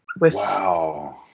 Wow